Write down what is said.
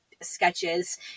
sketches